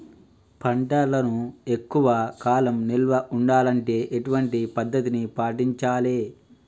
పంటలను ఎక్కువ కాలం నిల్వ ఉండాలంటే ఎటువంటి పద్ధతిని పాటించాలే?